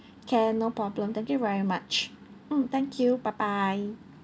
can no problem thank you very much mm thank you bye bye